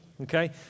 okay